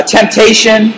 Temptation